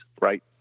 Right